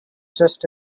just